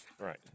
Right